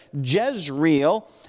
Jezreel